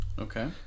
Okay